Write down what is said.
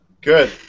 Good